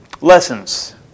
Lessons